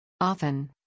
Often